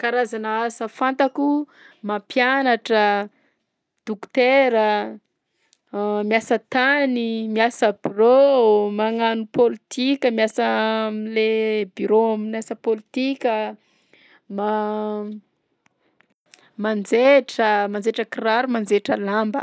Karazana asa fantako: mampianatra, dokotera, miasa tany, miasa birao, magnano pôlitika, miasa am'le bureau amin'ny asa politika, ma- manjaitra manjaitra kiraro manjaitra lamba.